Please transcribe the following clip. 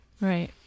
right